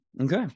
okay